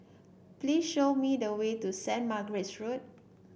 please show me the way to Saint Margaret's Road